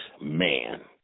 man